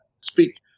speak